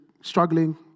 struggling